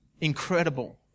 incredible